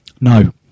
No